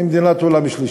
היא מדינת עולם שלישי,